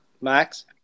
Max